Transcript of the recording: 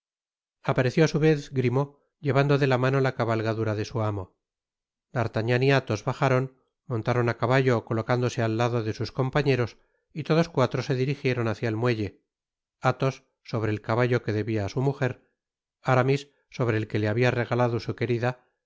apareció á su vez grimaud llevando de la mano la cabalgadura de su amo d'artagnan y athos bajaron montaron á caballo colocándose al lado de sus compañeros y todos cuatro se dirijieron hácia el muelle athos sobre el caballo que debia á su mujer aramis sobre el que le habia regalado su querida